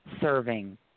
serving